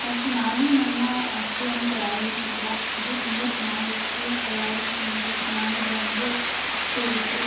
ಮತ್ತು ನಾನೂ ನನ್ನ ಅಡುಗೆಯನ್ನು ತಯಾರಿಸಿದ್ದೆ ಅದು ತುಂಬ ಚೆನ್ನಾಗಿತ್ತು ಎಲ್ಲರೂ ತಿಂದರು ಚೆನ್ನಾಗಿದೆ ಅಂದು ಹೇಳಿದರು